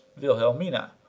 Wilhelmina